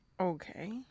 Okay